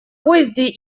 поезде